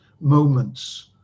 moments